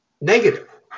negative